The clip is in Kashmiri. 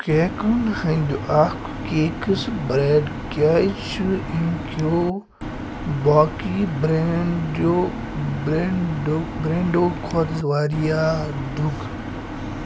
کیکن ہٕنٛدۍ اَکھ کیکٕس برٛیٚنٛڈ کیٛازِ چھ اَمہِ کیٛو باقٕے برینٛڈَو برینٛڈَو بریٚنٛڈو کھۄتہٕ واریاہ درٛۅگ